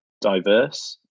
diverse